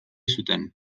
zuten